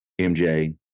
MJ